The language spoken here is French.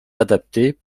adaptées